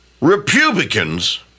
Republicans